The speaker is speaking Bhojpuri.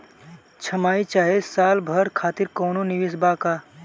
छमाही चाहे साल भर खातिर कौनों निवेश बा का?